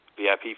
VIP